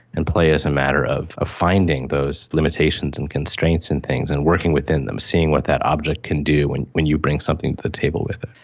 and play is a matter of ah finding those limitations and constraints in things and working within them, seeing what that object can do when when you bring something to the table with it.